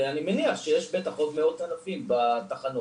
ואני מניח שיש עוד מאות אלפים בתחנות.